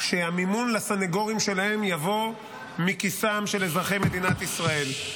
שהמימון לסנגורים שלהם יבוא מכיסם של אזרחי מדינת ישראל.